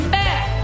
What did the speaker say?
back